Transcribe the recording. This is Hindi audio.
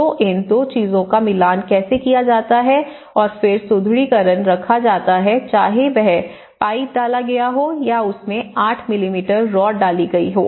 तो इन दो चीजों का मिलान कैसे किया जाता है और फिर सुदृढीकरण रखा जाता है चाहे वह पाइप डाला गया हो या उसमें 8 मिमी रॉड डाली गई हो